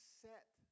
set